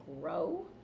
grow